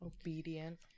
Obedient